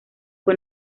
fue